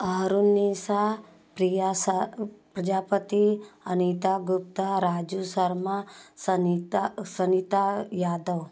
Arunisha Priyasha Prajapati Anita Gupta Raju Sharma Sanita Sanita Yadav